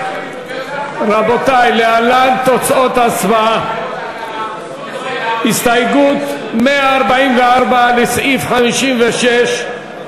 להלן תוצאות ההצבעה: הסתייגות 144 לסעיף 56,